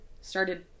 started